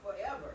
forever